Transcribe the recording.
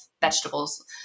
Vegetables